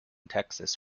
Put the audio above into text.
texas